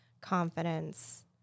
confidence